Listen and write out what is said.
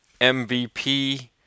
MVP